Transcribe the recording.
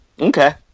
Okay